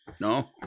No